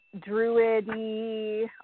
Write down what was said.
Druid-y